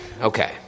Okay